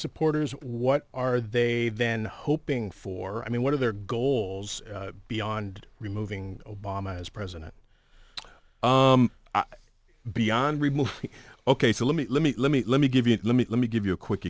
supporters or what are they then hoping for i mean what are their goals beyond removing obama as president beyond remote ok so let me let me let me let me give you let me let me give you a quick